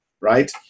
right